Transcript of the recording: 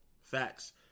Facts